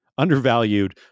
undervalued